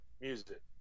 Music